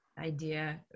Idea